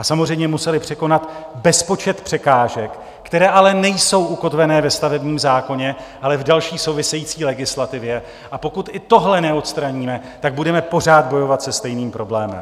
Samozřejmě museli překonat bezpočet překážek, které ale nejsou ukotvené ve stavebním zákoně, ale v další související legislativě, a pokud i tohle neodstraníme, budeme pořád bojovat se stejným problémem.